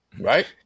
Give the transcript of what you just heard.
right